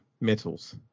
metals